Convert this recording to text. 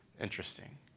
interesting